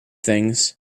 things